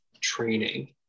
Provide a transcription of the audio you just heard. training